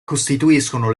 costituiscono